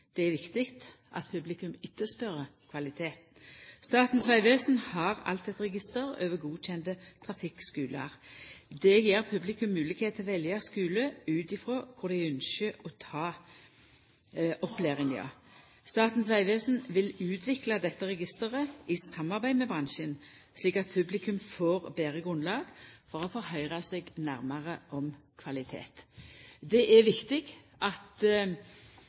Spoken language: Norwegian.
Det er viktig at publikum etterspør kvalitet. Statens vegvesen har allereie eit register over godkjende trafikkskular. Det gjev publikum moglegheit til å velja skule ut frå kor dei ynskjer å ta opplæringa. Statens vegvesen vil utvikla dette registeret, i samarbeid med bransjen, slik at publikum får betre grunnlag for å forhøyra seg nærare om kvalitet. Det er viktig at